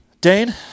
Dane